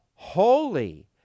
holy